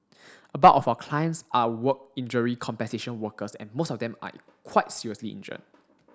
a bulk of our clients are work injury compensation workers and most of them are quite seriously injured